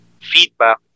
feedback